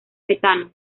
metano